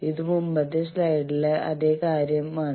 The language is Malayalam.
ഇത് മുമ്പത്തെ സ്ലൈഡിലെ അതെ കാര്യമാണ്